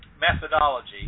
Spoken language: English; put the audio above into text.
methodology